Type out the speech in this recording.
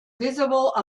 visible